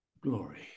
glory